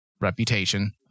reputation